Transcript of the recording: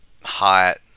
Hot